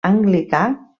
anglicà